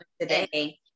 today